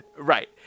Right